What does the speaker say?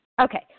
Okay